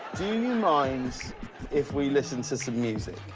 do you mind if we listen to some music?